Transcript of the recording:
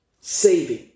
saving